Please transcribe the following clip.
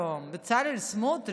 שהיא שרה היום, ובצלאל סמוטריץ',